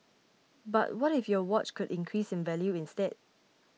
but what if your watch could increase in value instead